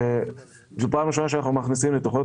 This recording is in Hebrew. זאת פעם ראשונה שאנחנו מכניסים לתכניות